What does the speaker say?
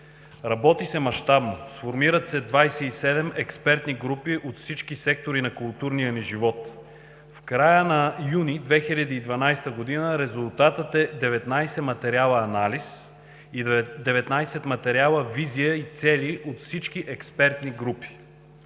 Работи се мащабно – сформират се 27 експертни групи от всички сектори на културния ни живот. В края на юни 2012 г. резултатът е 19 материала анализ и 19 материала визия и цели от всички експертни групи.